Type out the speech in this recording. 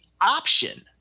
option